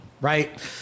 right